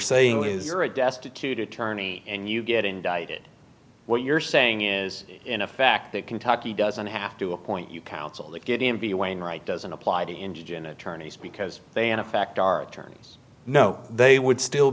saying is you're a destitute attorney and you get indicted what you're saying is in effect that kentucky doesn't have to appoint you counsel that get in be wainright doesn't apply to engine attorneys because they in effect are attorneys no they would still